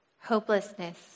hopelessness